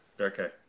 Okay